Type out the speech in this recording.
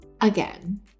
again